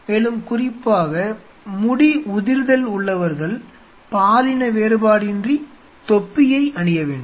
மேலும் குறிப்பாக முடி உதிர்தல் உள்ளவர்கள் பாலின வேறுபாடின்றி தொப்பியை அணிய வேண்டும்